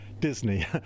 Disney